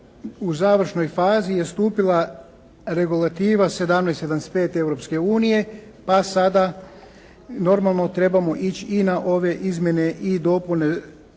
u završnoj fazi je stupila regulativa 17,75 Europske unije, pa sada normalno trebamo ići i na ove izmjene i dopune